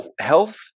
health